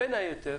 בין היתר,